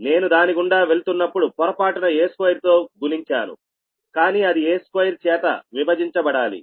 నేను దాని గుండా వెళ్తున్నప్పుడు పొరపాటున a2 తో గుణించానుకానీ అది a2 చేత విభజించబడాలి